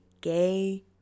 gay